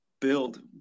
build